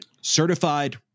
Certified